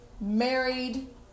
married